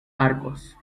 arcos